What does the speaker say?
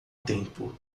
tempo